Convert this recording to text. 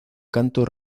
cantos